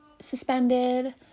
suspended